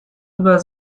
über